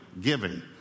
giving